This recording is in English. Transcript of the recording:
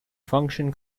function